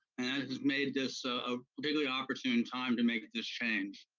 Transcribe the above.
and it has made this a particularly opportune time to make this change.